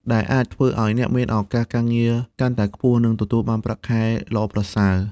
ដែលអាចធ្វើឱ្យអ្នកមានឱកាសការងារកាន់តែខ្ពស់និងទទួលបានប្រាក់ខែល្អប្រសើរ។